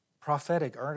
Prophetic